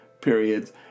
periods